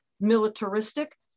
militaristic